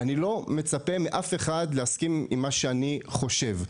אני לא מצפה מאף אחד להסכים עם מה שאני חושב.